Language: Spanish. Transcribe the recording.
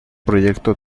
proyecto